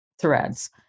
threads